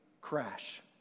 crash